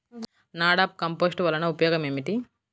NADEP compost వలన ఉపయోగం ఏమిటి?